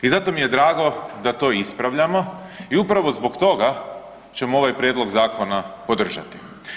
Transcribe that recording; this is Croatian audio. I zato mi je drago da to ispravljamo i upravo zbog toga ćemo ovaj prijedlog zakona podržati.